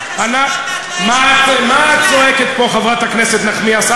מה את צועקת פה, חברת הכנסת נחמיאס?